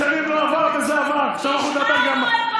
העברנו בסוף את חוק הרגולציה,